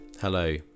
hello